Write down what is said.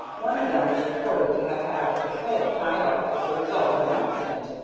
one of them was reported to have had his head tied up as the result of an accident,